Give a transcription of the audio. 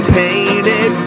painted